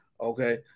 Okay